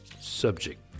subject